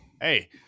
Hey